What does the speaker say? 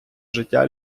життя